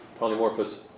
polymorphous